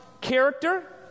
character